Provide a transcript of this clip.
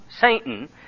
Satan